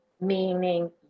meaning